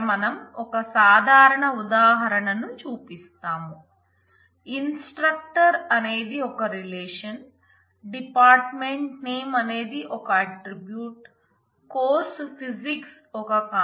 మనం ఏ ఎక్స్ప్రెషన్